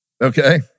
okay